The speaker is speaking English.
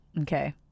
Okay